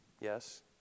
Yes